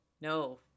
no